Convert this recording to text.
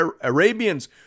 Arabians